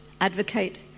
advocate